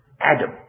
Adam